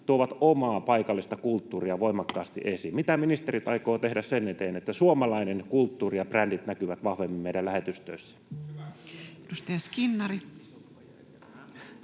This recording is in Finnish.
tuovat omaa paikallista kulttuuria voimakkaasti esiin. Mitä ministerit aikovat tehdä sen eteen, että suomalainen kulttuuri ja brändit näkyvät vahvemmin meidän lähetystöissämme? [Oikealta: